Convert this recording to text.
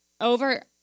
over